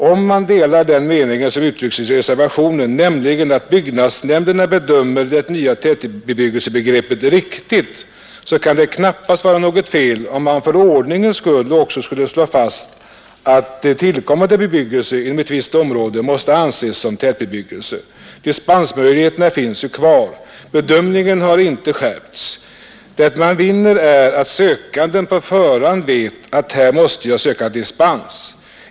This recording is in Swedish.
Om man delar den mening som uttrycks i reservationen, nämligen att byggnadsnämnderna bedömer det nya tätbebyggelsebegreppet riktigt, så kan det knappast vara något fel om man för ordningens skull också skulle slå fast att tillkommande bebyggelse inom ett visst område måste anses som tätbebyggelse. Dispensmöjligheterna finns ju kvar. Bedömningen har inte skärpts. Det man vinner är att sökanden på förhand vet att han måste söka dispens.